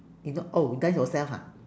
is not oh you dance yourself ha